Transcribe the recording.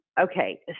okay